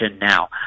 now